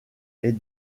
est